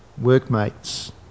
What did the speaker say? workmates